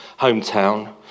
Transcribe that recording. hometown